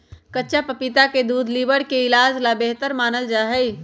कच्चा पपीता के दूध लीवर के इलाज ला बेहतर मानल जाहई